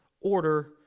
order